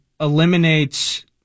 eliminates